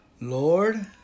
Lord